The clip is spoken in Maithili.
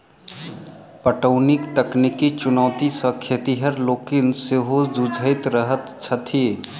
पटौनीक तकनीकी चुनौती सॅ खेतिहर लोकनि सेहो जुझैत रहैत छथि